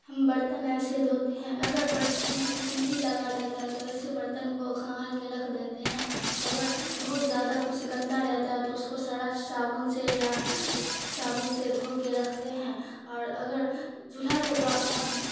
ہم برتن ایسے دھوتے ہیں اگر برتن میں کچھ نہیں لگا رہتا ہے تو ایسے برتن کو کھنگال کے رکھ دیتے ہیں اگر بہت زیادہ کچھ گندا رہتا ہے تو اس کو سڑف صابن سے یا صابن سے دھو کے رکھتے ہیں اور اگر چولہا تو اب